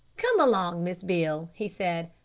come along, miss beale, he said.